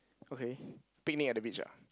okay picnic at the beach ah